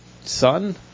son